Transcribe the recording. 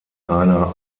einer